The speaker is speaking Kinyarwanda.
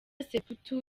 sepetu